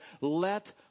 let